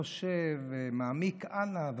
חושב ומעמיק הלאה,